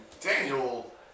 Daniel